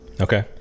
Okay